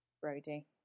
Brody